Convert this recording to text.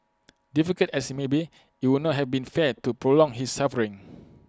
difficult as IT may be IT would not have been fair to prolong his suffering